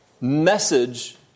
message